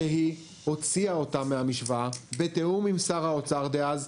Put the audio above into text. שהיא הוציאה אותם מהמשוואה בתיאום עם שר האוצר דאז,